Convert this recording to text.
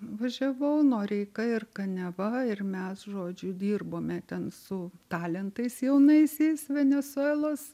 važiavau noreika ir kaniava ir mes žodžiu dirbome ten su talentais jaunaisiais venesuelos